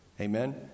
Amen